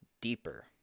deeper